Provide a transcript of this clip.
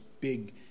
big